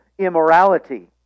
immorality